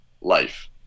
life